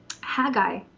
Haggai